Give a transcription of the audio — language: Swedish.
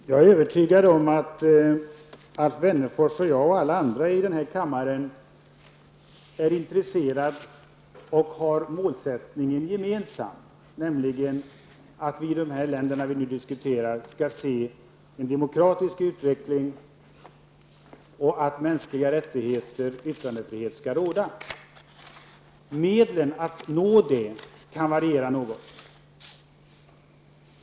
Fru talman! Jag är övertygad om att Alf Wennerfors, jag och övriga här i kammaren är intresserade av och även har en gemensam målsättning, nämligen att vi när det gäller de länder som vi diskuterar skall få se en demokratisk utveckling, att man har respekt för de mänskliga rättigheterna och att yttrandefrihet får råda. Medlen för att nå dithän kan variera något.